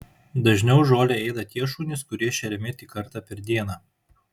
dažniau žolę ėda tie šunys kurie šeriami tik kartą per dieną